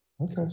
Okay